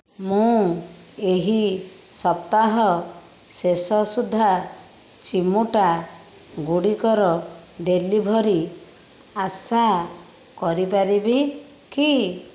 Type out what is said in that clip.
ମୁଁ ଏହି ସପ୍ତାହ ଶେଷ ସୁଦ୍ଧା ଚିମୁଟା ଗୁଡ଼ିକର ଡେଲିଭରି ଆଶା କରିପାରିବି କି